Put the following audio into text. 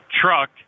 truck